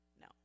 No